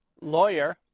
Lawyer